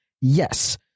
yes